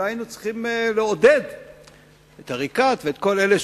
אולי היינו צריכים לעודד את עריקאת וכל אלה